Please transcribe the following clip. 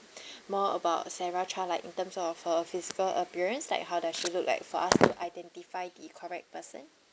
more about sarah chua like in terms of her physical appearance like how does she look like for us to identify the correct person